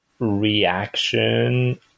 Reaction